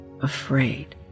Afraid